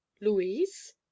louise